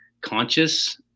conscious